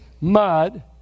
mud